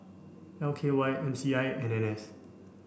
L K Y M C I and N S